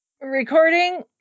Recording